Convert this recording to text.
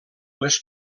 les